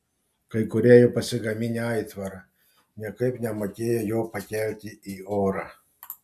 kai kurie jau pasigaminę aitvarą niekaip nemokėjo jo pakelti į orą